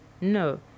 No